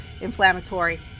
inflammatory